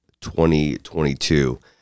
2022